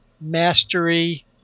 mastery